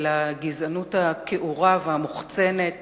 אלא הגזענות הכעורה והמוחצנת